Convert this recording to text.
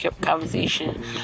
conversation